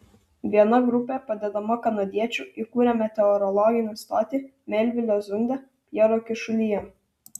viena grupė padedama kanadiečių įkūrė meteorologinę stotį melvilio zunde pjero kyšulyje